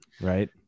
Right